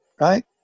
Right